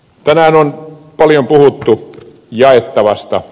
tänään on paljon puhuttu jaettavasta